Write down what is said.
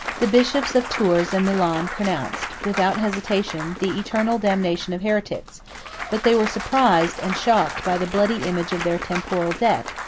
the bishops of tours and milan pronounced, without hesitation, the eternal damnation of heretics but they were surprised, and shocked, by the bloody image of their temporal death,